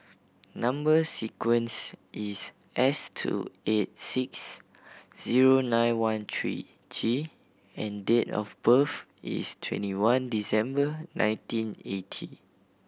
number sequence is S two eight six zero nine one three G and date of birth is twenty one December nineteen eighty